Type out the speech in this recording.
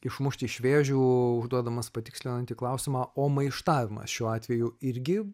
išmušti iš vėžių užduodamas patikslinantį klausimą o maištavimas šiuo atveju irgi